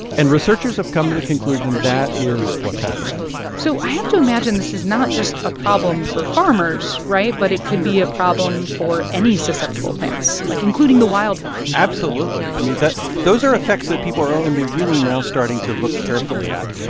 and researchers have come to the conclusion that is what's happening so i have to imagine this is not just a problem for farmers, right? but it could be a problem for any susceptible plants, like, including the wild ones absolutely. i mean, that those are effects that people are only really now starting to look carefully at.